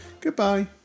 Goodbye